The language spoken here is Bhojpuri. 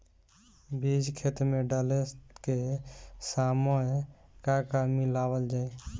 बीज खेत मे डाले के सामय का का मिलावल जाई?